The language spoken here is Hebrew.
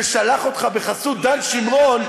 ששלח אותך בחסות דוד שמרון,